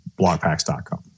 Blockpacks.com